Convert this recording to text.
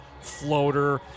floater